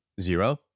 zero